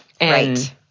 Right